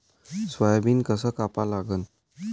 Soybean कस कापा लागन?